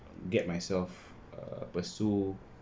get myself err pursue